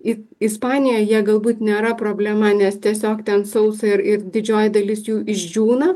į ispanijoj jie galbūt nėra problema nes tiesiog ten sausa ir ir didžioji dalis jų išdžiūna